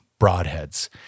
broadheads